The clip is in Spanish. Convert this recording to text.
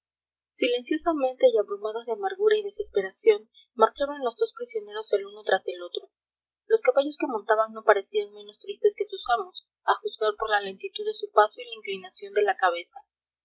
silenciosamente y abrumados de amargura y desesperación marchaban los dos prisioneros el uno tras el otro los caballos que montaban no parecían menos tristes que sus amos a juzgar por la lentitud de su paso y la inclinación de la cabeza